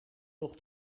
nog